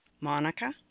Monica